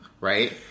right